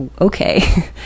okay